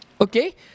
Okay